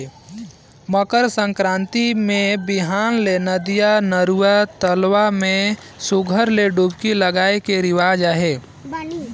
मकर संकरांति मे बिहान ले नदिया, नरूवा, तलवा के में सुग्घर ले डुबकी लगाए के रिवाज अहे